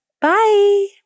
Bye